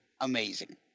amazing